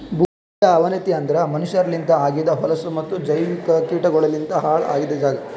ಭೂಮಿಯ ಅವನತಿ ಅಂದುರ್ ಮನಷ್ಯರಲಿಂತ್ ಆಗಿದ್ ಹೊಲಸು ಮತ್ತ ಜೈವಿಕ ಕೀಟಗೊಳಲಿಂತ್ ಹಾಳ್ ಆಗಿದ್ ಜಾಗ್